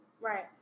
Right